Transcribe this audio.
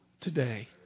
today